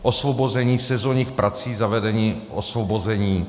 Osvobození sezónních prací, zavedení osvobození.